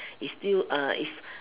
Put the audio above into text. is still uh is